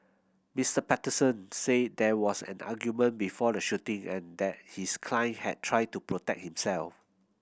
Mister Patterson said there was an argument before the shooting and that his client had tried to protect himself